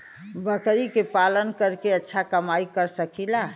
बकरी के पालन करके अच्छा कमाई कर सकीं ला?